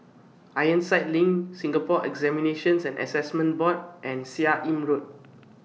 Ironside LINK Singapore Examinations and Assessment Board and Seah Im Road